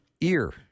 ear